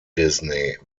disney